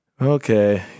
Okay